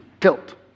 Tilt